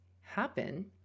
happen